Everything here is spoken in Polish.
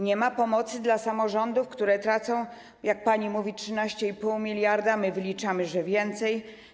Nie ma pomocy dla samorządów, które tracą, jak pani mówi, 13,5 mld, my wyliczamy, że więcej.